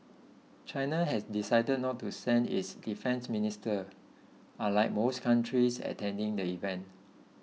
China has decided not to send its defence minister unlike most countries attending the event